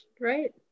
right